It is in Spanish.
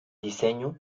diseño